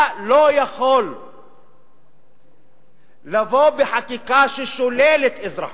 אתה לא יכול לבוא בחקיקה ששוללת אזרחות,